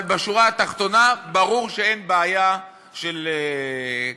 אבל בשורה התחתונה, ברור שאין בעיה של כשרות.